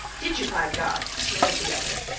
did you, b'gawd? snorted the other.